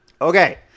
Okay